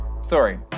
Sorry